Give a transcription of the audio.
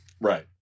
Right